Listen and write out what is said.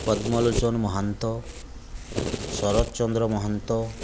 Padmalochan Mahanta Sarat Chandra Mahanta